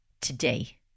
today